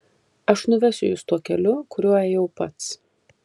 aš nuvesiu jus tuo keliu kuriuo ėjau pats